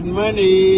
money